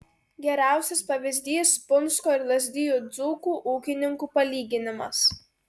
geriausias pavyzdys punsko ir lazdijų dzūkų ūkininkų palyginimas